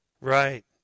Right